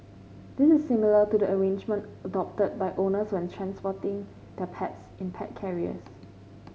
this is similar to the arrangement adopted by owners when transporting their pets in pet carriers